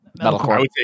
Metalcore